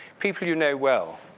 people you know well.